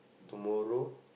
tomorrow